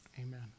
Amen